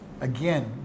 Again